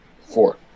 Four